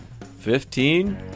Fifteen